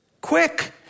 quick